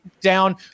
down